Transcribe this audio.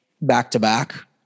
back-to-back